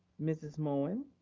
mrs. moen?